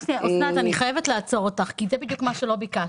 אני חייבת לעצור אותך כי זה בדיוק מה שלא ביקשתי.